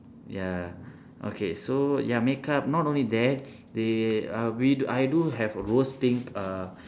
ya okay so ya makeup not only that they uh we do I do have rose pink uh